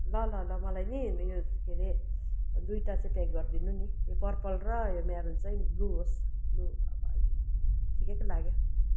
ल ल ल मलाई नि यो के अरे दुईवटा चाहिँ प्याक गरिदिनु नि यो पर्पल र यो मेरून चाहिँ ब्लु होस् ब्लु अब अहिले ठिकैको लाग्यो ब्लु